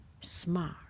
smart